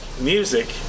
music